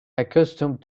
accustomed